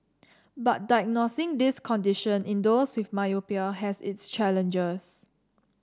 but diagnosing this condition in those with myopia has its challenges